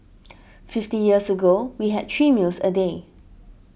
fifty years ago we had three meals a day